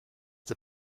the